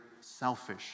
selfish